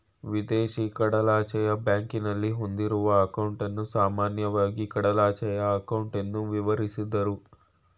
ವಿದೇಶಿ ಕಡಲಾಚೆಯ ಬ್ಯಾಂಕ್ನಲ್ಲಿ ಹೊಂದಿರುವ ಅಂಕೌಟನ್ನ ಸಾಮಾನ್ಯವಾಗಿ ಕಡಲಾಚೆಯ ಅಂಕೌಟ್ ಎಂದು ವಿವರಿಸುದ್ರು